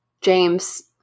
James